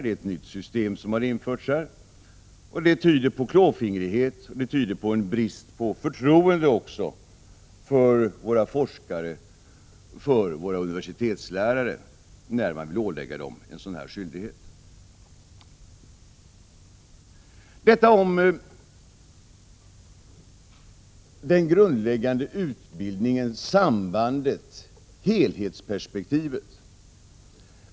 Ett nytt system har införts, och det tyder på klåfingrighet och också på en brist på förtroende för våra forskare och universitetslärare när man vill ålägga dem en sådan här skyldighet. — Detta om den grundläggande utbildningen, sambandet, helhetsperspektivet.